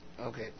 Okay